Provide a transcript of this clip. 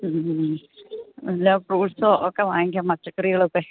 മ് അല്ല ഫ്രൂട്ട്സോ ഒക്കെ വാങ്ങിക്കാം പച്ചക്കറികളൊക്കെ